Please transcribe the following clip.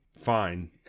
fine